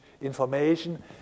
information